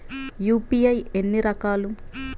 UPI ఎన్ని రకాలు?